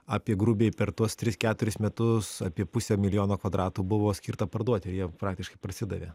apie grubiai per tuos tris keturis metus apie pusė milijono kvadratų buvo skirta parduoti ir jie praktiškai parsidavė